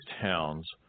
towns